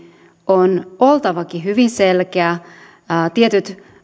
on oltavakin hyvin selkeä se että tietyt